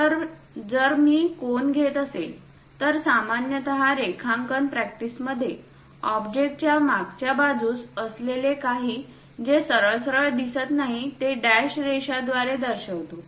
तर जर मी कोन घेत असेल तर सामान्यतः रेखांकन प्रॅक्टिसमध्ये ऑब्जेक्टच्या मागच्या बाजूस असलेले काही जे सरळसरळ दिसत नाही ते डॅश रेषा द्वारे दर्शवितो